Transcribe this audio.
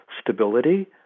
stability